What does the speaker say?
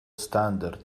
standard